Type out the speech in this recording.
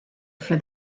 for